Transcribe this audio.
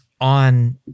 on